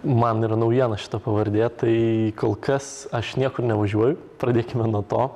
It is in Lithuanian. man yra naujiena šita pavardė tai kol kas aš niekur nevažiuoju pradėkime nuo to